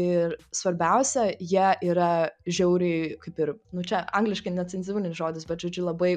ir svarbiausia jie yra žiauriai kaip ir nu čia angliškai necenzūrinis žodis bet žodžiu labai